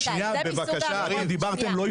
אתה